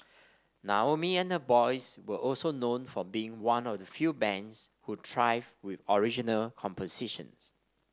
Naomi and her boys were also known for being one of the few bands who thrived with original compositions